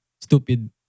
stupid